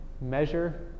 measure